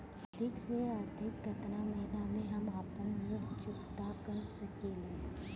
अधिक से अधिक केतना महीना में हम आपन ऋण चुकता कर सकी ले?